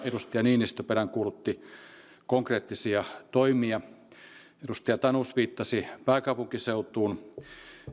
edustaja niinistö peräänkuulutti konkreettisia toimia ja edustaja tanus viittasi pääkaupunkiseutuun